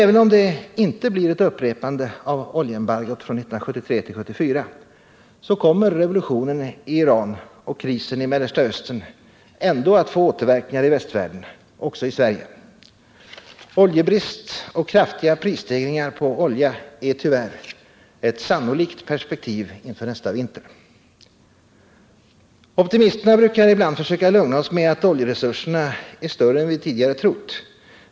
Även om det inte blir ett upprepande av oljeembargot från 1973-1974, kommer revolutionen i Iran och krisen i Mellersta Östern att få återverkningar i västvärlden, också i Sverige. Oljebrist och kraftiga prisstegringar på olja är, tyvärr, ett sannolikt perspektiv inför nästa vinter. Optimisterna brukar ibland försöka lugna oss med att oljeresurserna är större än vi tidigare trott.